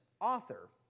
author